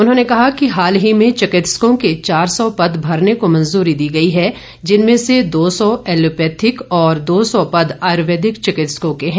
उन्होंने कहा कि हाल ही में चिकित्सकों के चार सौ पद भरने को मंजूरी दी गई है जिनमें से दो सौ ऐलोपैथी और दो सौ पद आयर्वेद चिकित्सकों के हैं